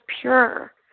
pure